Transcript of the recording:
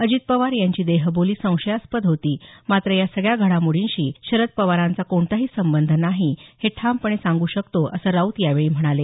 अजित पवार यांची देहबोली संशयास्पद होती मात्र या सगळ्या घडामोडींशी शरद पवारांचा कोणताही संबंध नाही हे ठामपणे सांगू शकतो असं राऊत यावेळी म्हणाले